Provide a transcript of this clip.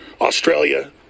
Australia